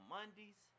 Mondays